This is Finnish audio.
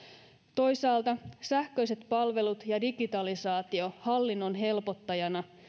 toisaalta sähköiset palvelut ja digitalisaatio hallinnon helpottajana